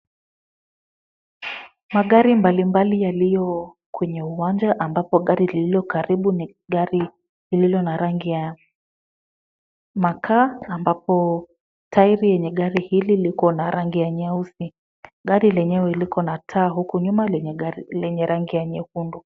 Magari mbalimbali yaliyo kwenye uwanja ambapo gari lililo karibu ni gari lililo na rangi ya makaa, ambapo tairi yenye gari hili liko na rangi ya nyeusi. Gari lenyewe liko na taa huku nyuma lenye rangi ya nyekundu.